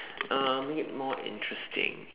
uh make it more interesting